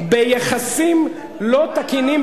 ביחסים לא תקינים,